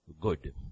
good